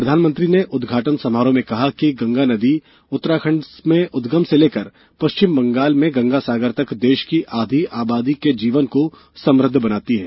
प्रधानमंत्री ने उदघाटन समारोह में कहा कि गंगा नदी उत्तराखंड में उदगम से लेकर पश्चिम बंगाल में गंगा सागर तक देश की आधी आबादी के जीवन को समृद्व बनाती है